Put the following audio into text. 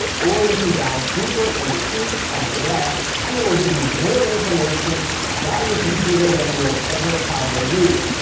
or you can dive deeper into each on the left, and it will give you more information about your computer than you will ever need.